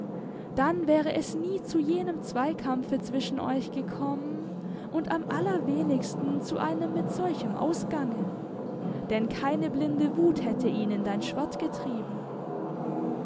dann wäre es nie zu jenem zweikampfe zwischen euch gekommen und am allerwenigsten zu einem mit solchem ausgange denn keine blinde wut hätte ihn in dein schwert getrieben